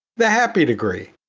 the hapi degree.